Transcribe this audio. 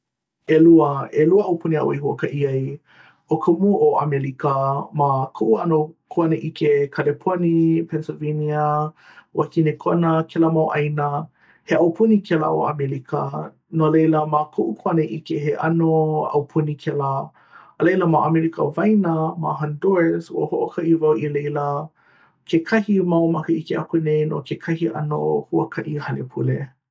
ʻelua. ʻelua aupuni aʻu i huakaʻi ai. ʻo ka mua ʻo ʻamelika ma koʻu ʻano kuanaʻike, kaleponi, pennsylvania, wakinekona, kēlā mau ʻāina. he aupuni kēlā ʻo ʻamelika. no laila ma koʻu kuanaʻike he ʻano aupuni kēlā. a laila ma ʻamelika waena, ma honduras, ua huakaʻi wau i laila kekahi mau makahiki aku nei no kekahi ʻano huakaʻi hale pule.